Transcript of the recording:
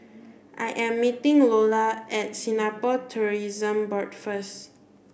I am meeting Lola at Singapore Tourism Board first